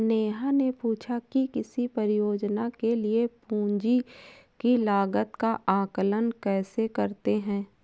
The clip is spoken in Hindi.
नेहा ने पूछा कि किसी परियोजना के लिए पूंजी की लागत का आंकलन कैसे करते हैं?